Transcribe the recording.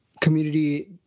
community